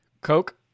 Coke